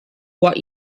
what